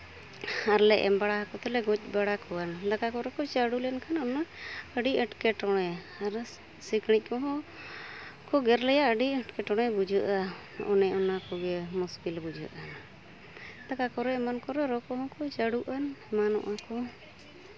ᱟᱨᱞᱮ ᱮᱢ ᱵᱟᱲᱟᱣ ᱠᱚᱛᱮᱞᱮ ᱜᱚᱡ ᱵᱟᱲᱟ ᱠᱚᱣᱟ ᱫᱟᱠᱟ ᱠᱚᱨᱮ ᱠᱚ ᱪᱟᱰᱚ ᱞᱮᱱᱠᱷᱟᱱ ᱚᱱᱟ ᱟᱹᱰᱤ ᱮᱸᱴᱠᱮᱴᱚᱬᱮ ᱟᱨ ᱥᱤᱠᱲᱤᱡ ᱠᱚᱦᱚᱸ ᱠᱚ ᱜᱮᱨ ᱞᱮᱭᱟ ᱟᱹᱰᱤ ᱮᱸᱴᱠᱮᱴᱚᱬᱮ ᱵᱩᱡᱷᱟᱹᱜᱼᱟ ᱚᱱᱮ ᱚᱱᱟ ᱠᱚᱜᱮ ᱢᱩᱥᱠᱤᱞ ᱵᱩᱡᱷᱟᱹᱜᱼᱟ ᱫᱟᱠᱟ ᱠᱚᱨᱮ ᱮᱢᱟᱱ ᱠᱚᱨᱮ ᱨᱚ ᱠᱚᱦᱚᱸ ᱠᱚ ᱪᱟᱰᱚᱜᱼᱟ ᱮᱢᱟᱱᱚᱜᱼᱟ ᱠᱚ